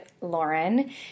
Lauren